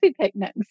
picnics